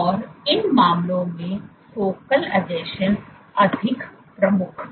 और इन मामलों में फोकल आसंजन अधिक प्रमुख थे